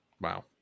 Wow